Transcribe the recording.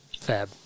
Fab